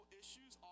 issues